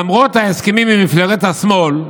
למרות ההסכמים עם מפלגות השמאל,